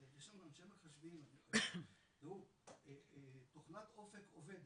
יש לנו אנשי מחשבים, תוכנת אופק עובדת,